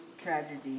tragedy